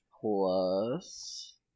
plus